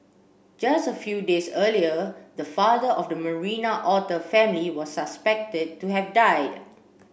just a few days earlier the father of the Marina otter family was suspected to have died